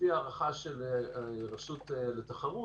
לפי הערכה של הרשות לתחרות,